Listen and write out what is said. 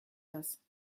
das